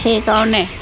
সেইকাৰণে